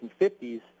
1950s